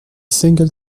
single